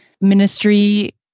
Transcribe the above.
ministry